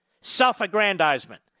self-aggrandizement